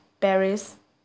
Paris